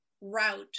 route